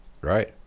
Right